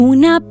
Una